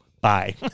Bye